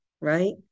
right